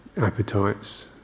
appetites